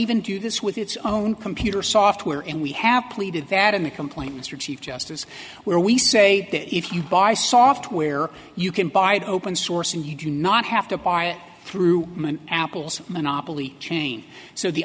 even do this with its own computer software and we have pleaded that in the complaint mr chief justice where we say that if you buy software you can buy it open source and you do not have to buy it through apple's monopoly chain so the